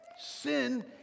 sin